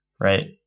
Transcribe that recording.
Right